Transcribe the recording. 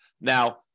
Now